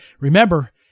Remember